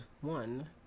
one